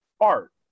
art